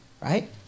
right